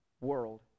world